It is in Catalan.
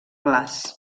glaç